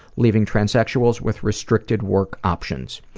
leaving transsexuals with restricted work options.